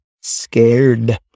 Scared